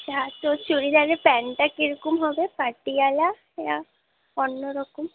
হ্যাঁ তো চুড়িদারের প্যান্টটা কীরকম হবে পাটিয়ালা না অন্য রকম